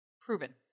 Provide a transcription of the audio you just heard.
proven